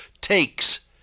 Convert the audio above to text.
takes